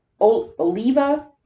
Oliva